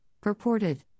purported